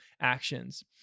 actions